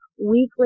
weekly